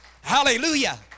Hallelujah